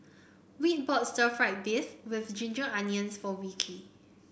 Whit bought Stir Fried Beef with Ginger Onions for Wilkie